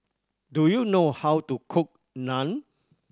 do you know how to cook Naan